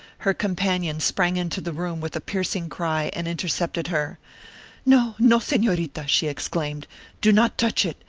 her companion sprang into the room with a piercing cry and intercepted her no, no, senorita! she exclaimed do not touch it!